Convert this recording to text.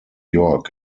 york